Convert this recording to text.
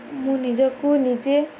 ମୁଁ ନିଜକୁୁ ନିଜେ